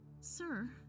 Sir